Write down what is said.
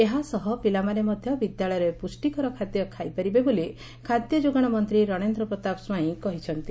ଏହାସହ ପିଲାମାନେ ମଧ୍ଧ ବିଦ୍ୟାଳୟରେ ପୁଷ୍ଟିକର ଖାଦ୍ୟ ଖାଇପାରିବେ ବୋଲି ଖାଦ୍ୟ ଯୋଗାଣ ମନ୍ତୀ ରଣେନ୍ଦ୍ର ପ୍ରତାପ ସ୍ୱାଇଁ କହିଛନ୍ତି